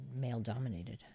male-dominated